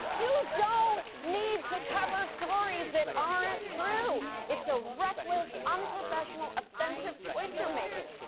you don't need to cover stories that aren't true. it's a reckless, unprofessional, offensive choice you're making,